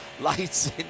lights